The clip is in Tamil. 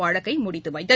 வழக்கை முடித்து வைத்து